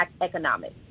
economic